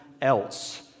else